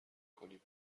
کنیم